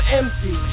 empty